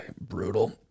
brutal